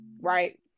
right